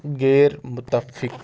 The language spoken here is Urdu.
غیر متفق